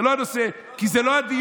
זה לא הנושא כי זה לא הדיון.